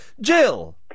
Jill